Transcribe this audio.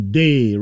day